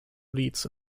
leads